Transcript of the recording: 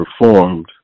performed